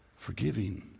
Forgiving